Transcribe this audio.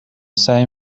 سعی